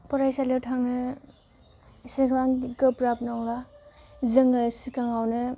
फरायसालियाव थांनो एसेबां गोब्राब नंला जोङो सिगाङावनो